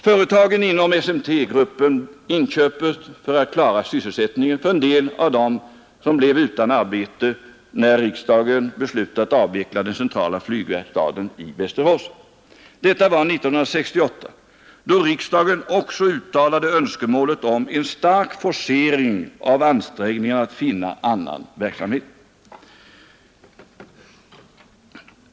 Företagen inom SMT-gruppen inköptes för att klara sysselsättningen för en del av dem som blev utan arbete, när riksdagen beslutat avveckla centrala flygverkstaden i Västerås. Detta var 1968, då riksdagen också uttalade önskemålet om en stark forcering av ansträngningarna att finna annan verksamhet.